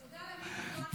אתה יודע למי ניתנה הנבואה?